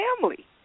family